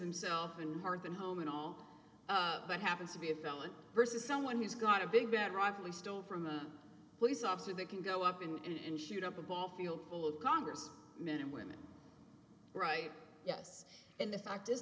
himself and hearth and home and all that happens to be a felon versus someone who's got a big bad rifle he stole from a police officer they can go up and shoot up a ball field full of congress men and women right yes and the fact is